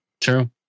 True